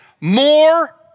more